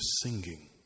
singing